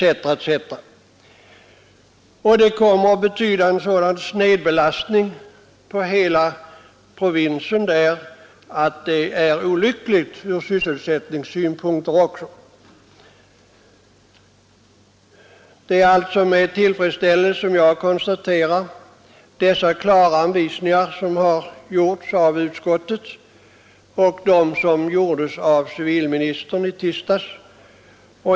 Detta kommer att innebära en sådan snedbelastning av hela provinsen att det är olyckligt även ur sysselsättningssynpunkt. Det är alltså med tillfredsställelse jag noterar de klara anvisningar utskottet och civilministern lämnat.